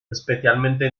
especialmente